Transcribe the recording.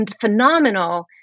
phenomenal